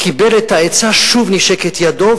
קיבל את העצה, שוב נישק את ידו.